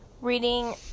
reading